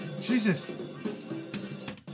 Jesus